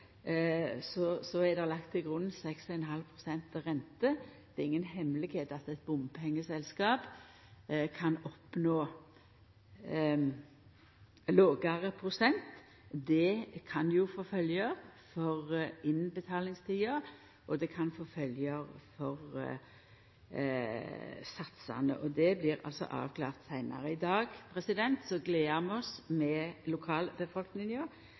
lagt til grunn 6,5 pst. rente. Det er inga hemmelegheit at eit bompengeselskap kan oppnå lågare prosent. Det kan få følgjer for innbetalingstida og for satsane. Det blir avklart seinare. I dag gler vi oss med lokalbefolkninga over anleggstart til hausten. Det blir